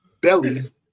Belly